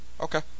Okay